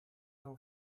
your